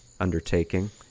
undertaking